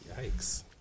Yikes